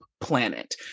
planet